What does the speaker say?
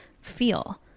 feel